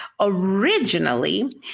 originally